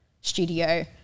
studio